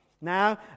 Now